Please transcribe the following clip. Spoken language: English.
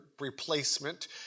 replacement